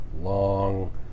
long